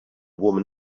woman